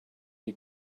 you